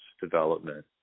development